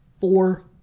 four